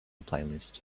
playlist